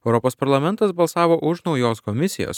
europos parlamentas balsavo už naujos komisijos